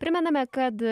primename kad